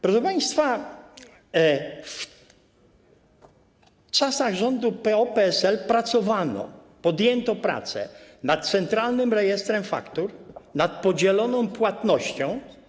Proszę państwa, w czasach rządu PO-PSL pracowano, podjęto prace nad centralnym rejestrem faktur, nad podzieloną płatnością.